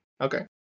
okay